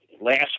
last